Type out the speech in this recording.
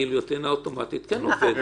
הגיליוטינה אוטומטית כן עובדת.